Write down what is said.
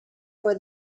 for